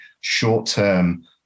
short-term